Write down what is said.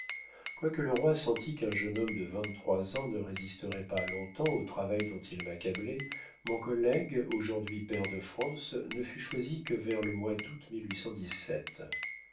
quoique le roi sentît qu'un jeune homme de vingt-trois ans ne résisterait pas long-temps au travail dont il m'accablait mon collègue aujourd'hui pair de france ne fut choisi que vers le mois d'août